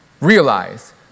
Realize